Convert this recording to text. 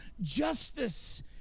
justice